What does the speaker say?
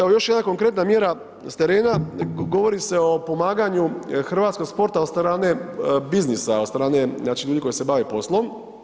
Evo, još jedna konkretna mjera s terena, govori se o pomaganju hrvatskog sporta od strane biznisa, od strane, znači ljudi koji se bave poslom.